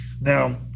Now